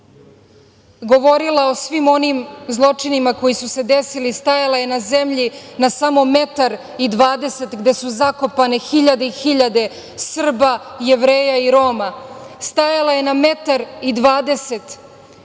govorila o svim onim zločinima koji su se desili. Stajala je na zemlji na samo 1,2 metara gde su zakopane hiljade i hiljade Srba, Jevreja i Roma. Stajala je na 1,2 metara od